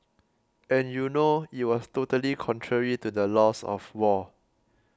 and you know it was totally contrary to the laws of war